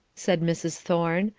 said mrs. thorne,